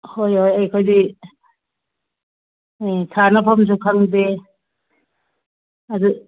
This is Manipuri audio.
ꯍꯣꯏ ꯌꯧꯔꯛꯑꯦ ꯑꯩꯈꯣꯏꯗꯤ ꯎꯝ ꯁꯥꯟꯅꯐꯝꯁꯨ ꯈꯪꯗꯦ ꯑꯗꯨ